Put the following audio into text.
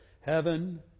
Heaven